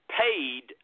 paid